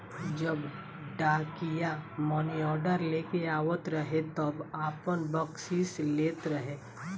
जब डाकिया मानीऑर्डर लेके आवत रहे तब आपन बकसीस लेत रहे